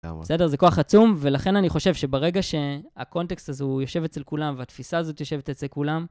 בסדר, זה כוח עצום, ולכן אני חושב שברגע שהקונטקסט הזה, הוא יושב אצל כולם והתפיסה הזאת יושבת אצל כולם...